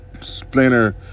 splinter